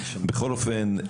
בכל אופן,